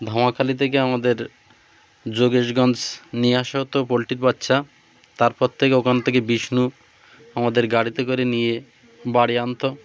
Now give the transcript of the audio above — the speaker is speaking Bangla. ধামাখালি থেকে আমাদের যোগেশগঞ্জ নিয়ে আসা হতো পোলট্রির বাচ্চা তারপর থেকে ওখান থেকে বিষ্ণু আমাদের গাড়িতে করে নিয়ে বাড়ি আনতো